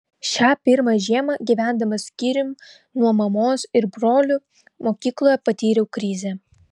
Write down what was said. šią pirmą žiemą gyvendamas skyrium nuo mamos ir brolių mokykloje patyriau krizę